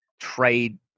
trade